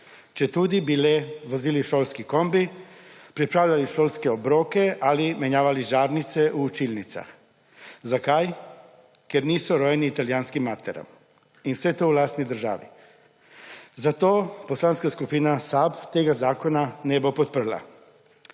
četudi bi le vozili šolski kombi, pripravljali šolske obroke ali menjavali žarnice v učilnicah. Zakaj? Ker niso rojeni italijanskim materam. In vse to v lastni državi. Zato Poslanska skupina SAB tega zakona ne bo podprla.